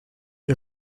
ihr